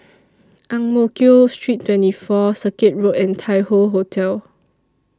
Ang Mo Kio Street twenty four Circuit Road and Tai Hoe Hotel